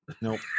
nope